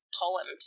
poem